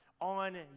on